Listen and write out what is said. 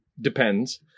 depends